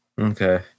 Okay